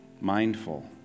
mindful